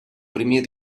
primer